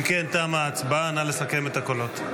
אם כן, תמה ההצבעה, נא לסכם את הקולות.